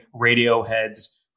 Radiohead's